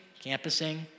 campusing